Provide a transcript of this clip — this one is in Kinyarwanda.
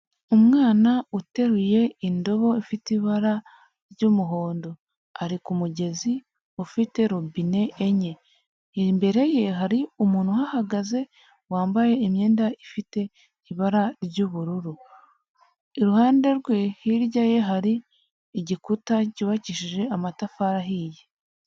Umwana uteruye indobo ifite ibara ry'umuhondo, ari ku mugezi ufite robine enye, imbere ye hari umuntu uhahagaze wambaye imyenda ifite ibara ry'ubururu, iruhande rwe, hirya ye hari igikuta cyubakishije amatafari ahiye.